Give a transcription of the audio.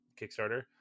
kickstarter